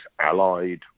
allied